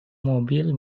mobil